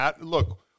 Look